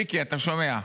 מיקי, אתה שומע?